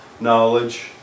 Knowledge